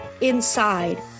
inside